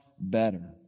better